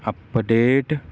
update